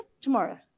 Tomorrow